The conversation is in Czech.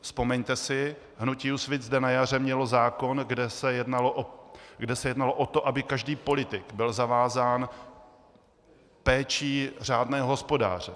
Vzpomeňte si, hnutí Úsvit zde na jaře mělo zákon, kde se jednalo o to, aby každý politik byl zavázán péčí řádného hospodáře.